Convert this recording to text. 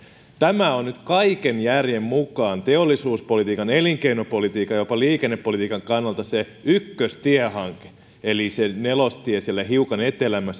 tämä on nyt kaiken järjen mukaan teollisuuspolitiikan elinkeinopolitiikan ja jopa liikennepolitiikan kannalta se ykköstiehanke eli se nelostie siellä hiukan etelämpänä